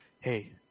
hey